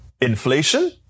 inflation